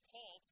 Paul